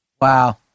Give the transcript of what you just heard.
Wow